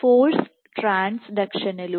force ട്രാൻസ്ഡക്ഷനിലൂടെ